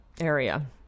area